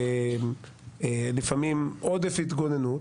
לפעמים עודף התגוננות.